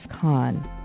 Khan